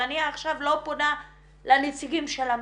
ואני עכשיו לא פונה לנציגים של המשרדים,